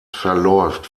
verläuft